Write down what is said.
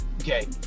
Okay